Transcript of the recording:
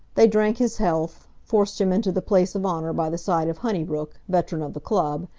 they drank his health, forced him into the place of honour by the side of honeybrook, veteran of the club,